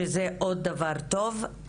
שזה עוד דבר טוב.